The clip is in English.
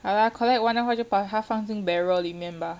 好 lah collect 完的话就把它放进 barrel 里面吧